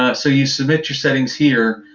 ah so you submit your settings here.